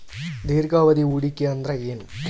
ದೀರ್ಘಾವಧಿ ಹೂಡಿಕೆ ಅಂದ್ರ ಏನು?